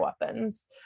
weapons